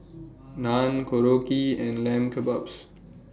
Naan Korokke and Lamb Kebabs